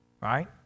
Right